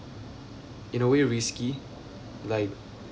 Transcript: in a way risky like